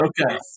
Okay